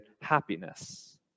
happiness